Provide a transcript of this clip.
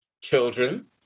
children